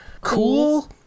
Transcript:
cool